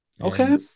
Okay